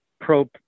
pro